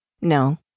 No